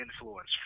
influence